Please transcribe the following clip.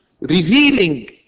revealing